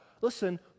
Listen